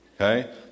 Okay